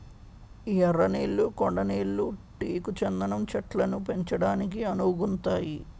ఎర్ర నేళ్లు కొండ నేళ్లు టేకు చందనం చెట్లను పెంచడానికి అనువుగుంతాయి